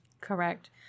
Correct